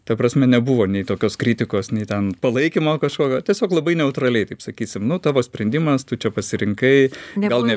ta prasme nebuvo nei tokios kritikos nei ten palaikymo kažkokio tiesiog labai neutraliai taip sakysim nuo tavo sprendimas tu čia pasirinkai gal ne